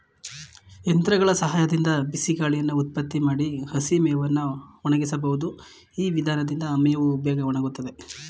ಯಂತ್ರಗಳ ಸಹಾಯದಿಂದ ಬಿಸಿಗಾಳಿಯನ್ನು ಉತ್ಪತ್ತಿ ಮಾಡಿ ಹಸಿಮೇವನ್ನು ಒಣಗಿಸಬಹುದು ಈ ವಿಧಾನದಿಂದ ಮೇವು ಬೇಗ ಒಣಗುತ್ತದೆ